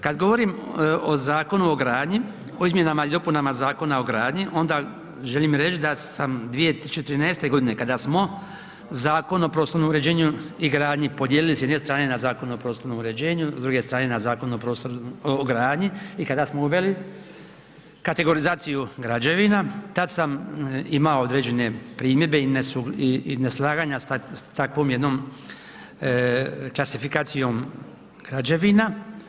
Kad govorim o Zakonu o gradnji, o izmjenama i dopunama Zakona o gradnji onda želim reć da sam 2013.g. kada smo Zakon o prostornom uređenju i gradnji podijelili s jedne strane na Zakon o prostornom uređenju, s druge strane na Zakon o gradnji i kada smo uveli kategorizaciju građevina, tad sam imao određene primjedbe i neslaganja s takvom jednom klasifikacijom građevina.